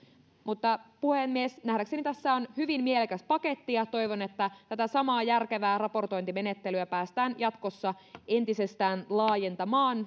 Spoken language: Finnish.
mutta puhemies nähdäkseni tässä on hyvin mielekäs paketti ja toivon että tätä samaa järkevää raportointimenettelyä päästään jatkossa entisestään laajentamaan